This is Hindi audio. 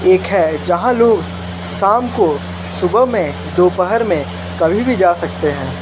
लेक है जहाँ लोग शाम को सुबह में दोपहर में कभी भी जा सकते हैं